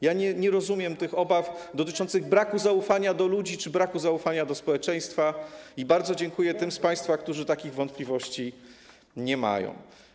Ja nie rozumiem tych obaw dotyczących braku zaufania do ludzi czy braku zaufania do społeczeństwa i bardzo dziękuję tym z państwa, którzy takich wątpliwości nie mają.